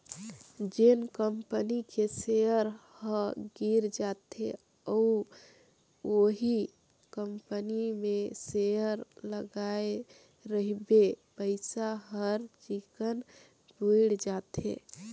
जेन कंपनी के सेयर ह गिर जाथे अउ उहीं कंपनी मे सेयर लगाय रहिबे पइसा हर चिक्कन बुइड़ जाथे